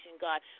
God